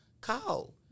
call